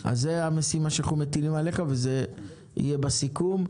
זאת המשימה שאנחנו מטילים עליך וזה יהיה בסיכום.